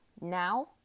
Now